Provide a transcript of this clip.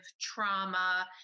trauma